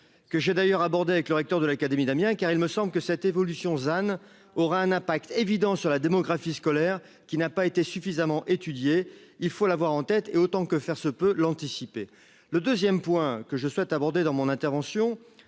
Que j'ai d'ailleurs abordé avec le recteur de l'académie d'Amiens car il me semble que cette évolution than aura un impact évident sur la démographie scolaire qui n'a pas été suffisamment étudiées. Il faut l'avoir en tête et autant que faire se peut l'anticiper le 2ème point que je souhaite aborder dans mon intervention